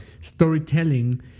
storytelling